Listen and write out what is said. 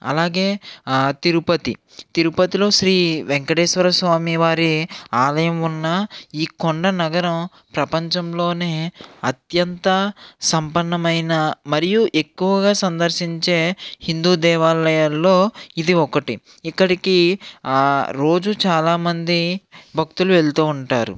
అలాగే తిరుపతి తిరుపతిలో శ్రీ వెంకటేశ్వర స్వామి వారి ఆలయం ఉన్న ఈ కొండ నగరం ప్రపంచంలోనే అత్యంత సంపన్నమైన మరియు ఎక్కువగా సందర్శించే హిందూ దేవాలయాల్లో ఇది ఒకటి ఇక్కడికి రోజు చాలామంది భక్తులు వెళుతూ ఉంటారు